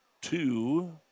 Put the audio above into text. Two